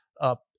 up